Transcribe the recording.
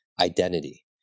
identity